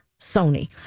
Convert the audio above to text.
Sony